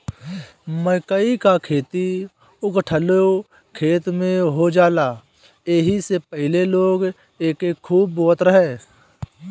मकई कअ खेती उखठलो खेत में हो जाला एही से पहिले लोग एके खूब बोअत रहे